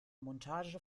montage